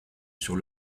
sur